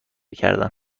کردن